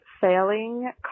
failing